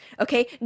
okay